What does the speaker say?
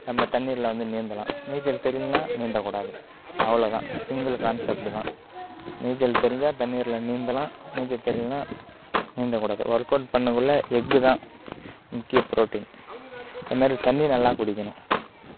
நம்ம தண்ணீரில் வந்து நீந்தலாம் நீச்சல் தெரியலைனா நீந்தக்கூடாது அவ்வளோதான் சிங்கிள் கான்செப்ட்டு தான் நீச்சல் தெரிஞ்சால் தண்ணீரில் நீந்தலாம் நீச்சல் தெரியலைனா நீந்தக்கூடாது ஒர்க் அவுட் பண்ணக்குள்ளே எக்கு தான் முக்கியப் புரோட்டீன் அதுமாதிரி தண்ணி நல்லா குடிக்கணும்